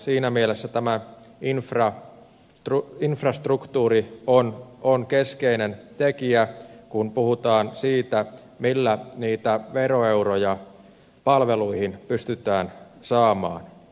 siinä mielessä tämä infrastruktuuri on keskeinen tekijä kun puhutaan siitä millä niitä veroeuroja palveluihin pystytään saamaan